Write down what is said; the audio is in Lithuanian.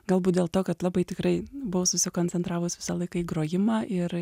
galbūt dėl to kad labai tikrai buvau susikoncentravus visą laiką į grojimą ir